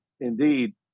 indeed